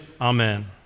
amen